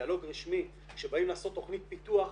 בדיאלוג רשמי, כשבאים לעשות תכנית פיתוח,